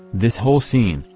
this whole scene,